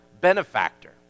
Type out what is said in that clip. benefactor